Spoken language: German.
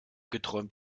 geträumt